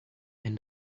and